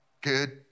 good